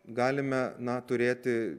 galime na turėti